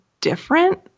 different